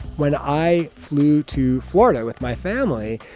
when i flew to florida with my family,